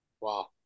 Wow